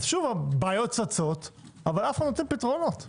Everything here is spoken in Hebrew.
הבעיות צצות ואף אחד לא מוצא פתרונות.